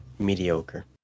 Mediocre